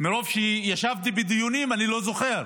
מרוב שישבתי בדיונים אני לא זוכר.